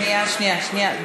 שנייה, שנייה, שנייה.